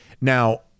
Now